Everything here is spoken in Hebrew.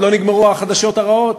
לא נגמרו החדשות הרעות.